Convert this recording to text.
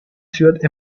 ciudad